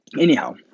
anyhow